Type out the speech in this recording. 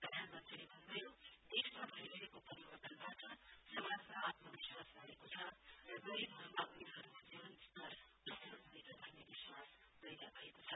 प्रधानमन्त्रीले भन्नभयो देशमा भइरहेको परिवर्तनवाट समाजमा आएमविश्वास वढ्नेको छ र गरीवहरुमा उनीहरुको जीवन स्तर असल हुनेछ भन्ने विश्वास पैध भएको छ